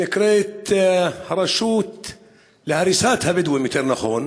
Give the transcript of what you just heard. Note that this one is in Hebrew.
שנקראת "הרשות להריסת הבדואים", יותר נכון,